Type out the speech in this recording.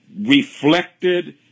reflected